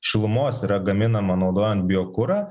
šilumos yra gaminama naudojant biokurą